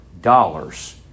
dollars